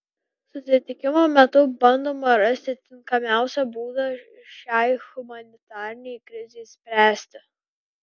susitikimo metu bandoma rasti tinkamiausią būdą šiai humanitarinei krizei spręsti